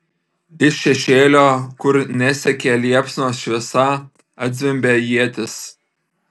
iš šešėlio kur nesiekė liepsnos šviesa atzvimbė ietis